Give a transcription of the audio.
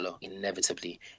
Inevitably